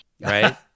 Right